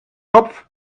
kopf